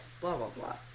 blah-blah-blah